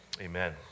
Amen